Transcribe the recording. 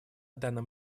данном